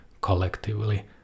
collectively